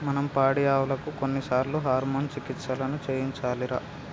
మనం పాడియావులకు కొన్నిసార్లు హార్మోన్ చికిత్సలను చేయించాలిరా